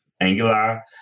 Angular